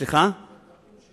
של